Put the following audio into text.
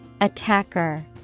Attacker